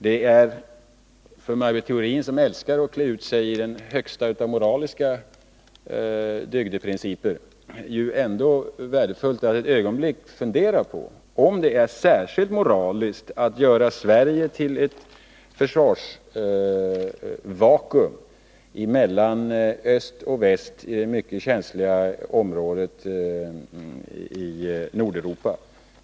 Det är för Maj Britt Theorin, som älskar att hävda den högsta av moraliska dygdeprinciper, ändå värdefullt att ett ögonblick fundera på om det är särskilt moraliskt att göra Sverige till ett försvarsvakuum mellan öst och väst i det mycket känsliga området i Nordeuropa.